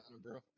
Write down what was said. bro